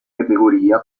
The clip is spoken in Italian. categoria